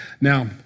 Now